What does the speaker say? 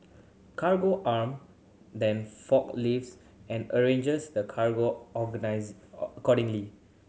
Cargo Arm then forklifts and arranges the cargo accordingly